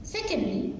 Secondly